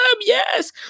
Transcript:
yes